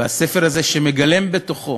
והספר הזה, שמגלם בתוכו